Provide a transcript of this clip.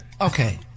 Okay